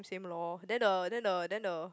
same lor then the then the then the